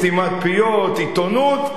סתימת פיות, עיתונות,